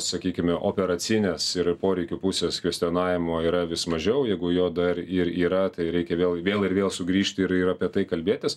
sakykime operacinės ir poreikių pusės kvestionavimo yra vis mažiau jeigu jo dar ir yra tai reikia vėl vėl ir vėl sugrįžti ir ir apie tai kalbėtis